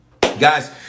Guys